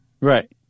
Right